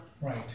Right